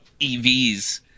EVs